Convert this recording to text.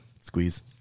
Squeeze